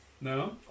No